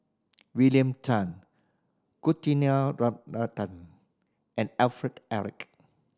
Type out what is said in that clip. William Tan and Alfred Eric